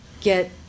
get